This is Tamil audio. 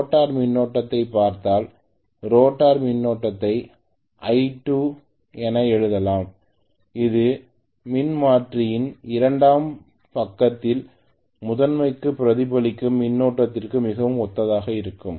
ரோட்டார் மின்னோட்டத்தைப் பார்த்தால் ரோட்டார் மின்னோட்டத்தை I2l என எழுதலாம் இது மின்மாற்றியின் இரண்டாம் பக்கத்திலிருந்து முதன்மைக்கு பிரதிபலிக்கும் மின்னோட்டத்திற்கு மிகவும் ஒத்ததாக இருக்கிறது